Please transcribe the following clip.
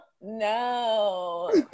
no